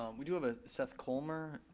um we do have a seth colmer.